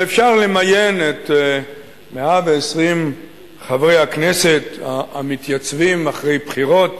ואפשר למיין את 120 חברי הכנסת המתייצבים אחרי בחירות